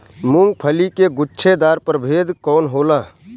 मूँगफली के गुछेदार प्रभेद कौन होला?